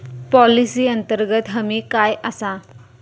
Policy अंतर्गत हमी काय आसा?